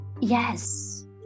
Yes